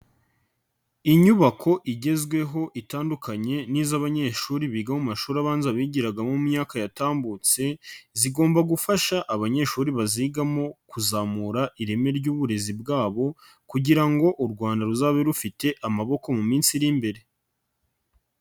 Inyubako igezweho itandukanye n'iz'abanyeshuri biga mu mashuri abanza bigiragamo mu myaka yatambutse, zigomba gufasha abanyeshuri bazigamo kuzamura ireme ry'uburezi bwabo kugira ngo u Rwanda ruzabe rufite amaboko mu minsi iri imbere.